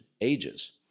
ages